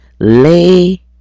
lay